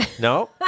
No